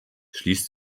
schließt